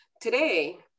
today